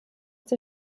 der